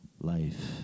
life